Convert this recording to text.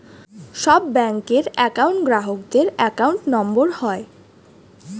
সব ব্যাঙ্কের একউন্ট গ্রাহকদের অ্যাকাউন্ট নম্বর হয়